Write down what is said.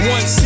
One